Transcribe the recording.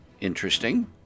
interesting